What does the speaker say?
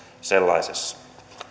sellaisissa